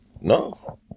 No